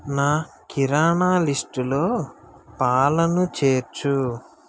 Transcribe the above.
నా కిరాణా లిస్టులో పాలను చేర్చు